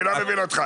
אני לא מבין אותך.